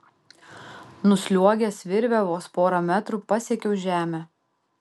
nusliuogęs virve vos porą metrų pasiekiau žemę